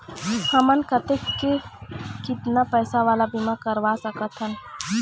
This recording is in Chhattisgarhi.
हमन कतेक कितना पैसा वाला बीमा करवा सकथन?